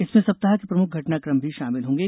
इसमें सप्ताह के प्रमुख घटनाक्रम भी शामिल होंगे